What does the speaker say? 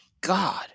god